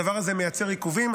הדבר הזה מייצר עיכובים.